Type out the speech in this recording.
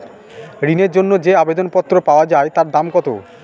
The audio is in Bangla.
ঋণের জন্য যে আবেদন পত্র পাওয়া য়ায় তার দাম কত?